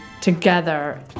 together